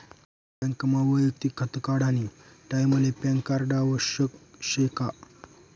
बँकमा वैयक्तिक खातं काढानी टाईमले पॅनकार्ड आवश्यक शे का?